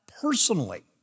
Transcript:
personally